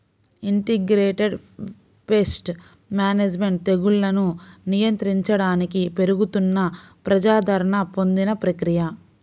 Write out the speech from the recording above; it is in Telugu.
ఇంటిగ్రేటెడ్ పేస్ట్ మేనేజ్మెంట్ తెగుళ్లను నియంత్రించడానికి పెరుగుతున్న ప్రజాదరణ పొందిన ప్రక్రియ